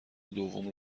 دوم